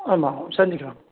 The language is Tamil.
ஆமாம் செஞ்சுக்கலாம்